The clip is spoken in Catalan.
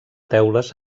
teules